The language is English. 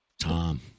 Tom